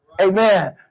Amen